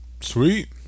sweet